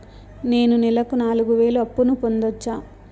నేను నెలకు నాలుగు వేలు అప్పును పొందొచ్చా?